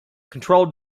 controlled